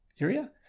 area